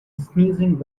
sneezing